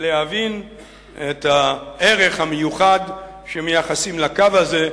להבין את הערך המיוחד שמייחסים לקו הזה.